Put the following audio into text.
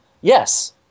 Yes